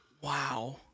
Wow